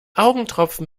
augentropfen